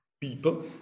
people